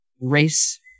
race